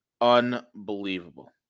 Unbelievable